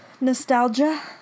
Nostalgia